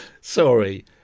Sorry